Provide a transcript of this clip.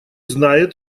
знает